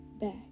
back